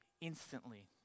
instantly